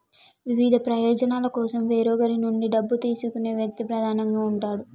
వివిధ ప్రయోజనాల కోసం వేరొకరి నుండి డబ్బు తీసుకునే వ్యక్తి ప్రధానంగా ఉంటాడు